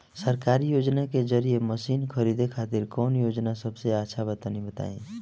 सरकारी योजना के जरिए मशीन खरीदे खातिर कौन योजना सबसे अच्छा बा तनि बताई?